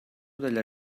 della